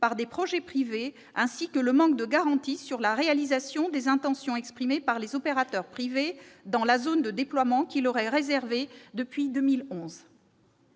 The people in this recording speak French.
par des projets privés, ainsi que le manque de garanties sur la réalisation des intentions exprimées par les opérateurs privés dans la zone de déploiement qui leur est réservée depuis 2011.